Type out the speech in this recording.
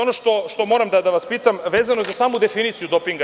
Ono što moram da vas pitam, vezano je za samu definiciju dopinga.